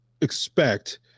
expect